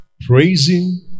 Praising